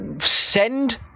send